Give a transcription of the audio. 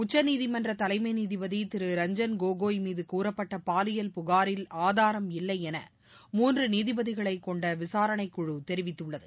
உச்சநீதிமன்ற தலைமை நீதிபதி திரு ரஞ்ஜன் கோகோய் மீது கூறப்பட்ட பாலியல் புகாரில் ஆதாரம் இல்லை என மூன்று நீதிபதிகளை கொண்ட விசாரணைக்குழு தெரிவித்துள்ளது